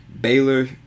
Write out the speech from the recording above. baylor